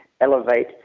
elevate